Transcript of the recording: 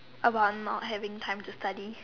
about not having time to study